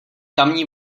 tamní